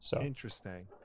Interesting